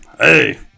Hey